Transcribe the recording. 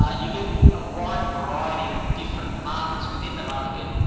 ah you get a wide variety of different markets within the market.